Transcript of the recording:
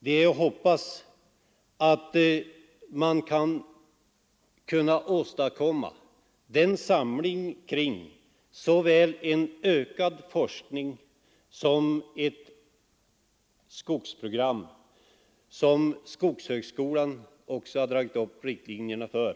Det är att hoppas att man skall kunna åstadkomma en samling kring den ökade forskning och det skogsbruksprogram som skogshögskolan dragit upp riktlinjerna för.